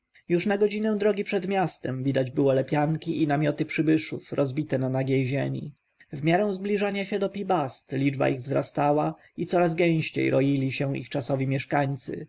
już na godzinę drogi przed miastem widać było lepianki i namioty przybyszów rozbite na nagiej ziemi w miarę zbliżania się do pi-bast liczba ich wzrastała i coraz gęściej roili się ich czasowi mieszkańcy